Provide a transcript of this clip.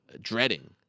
dreading